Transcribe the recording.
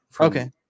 Okay